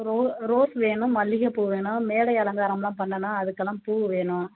row rose வேணும் மல்லிகைப்பூ வேணும் மேடை அலங்காரம்லாம் பண்ணணும் அதுக்கெல்லாம் பூ வேணும்